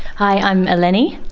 i'm ah leni.